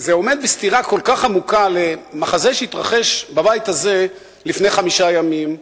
זה עומד בסתירה כל כך עמוקה למחזה שהתרחש בבית הזה לפני חמישה ימים,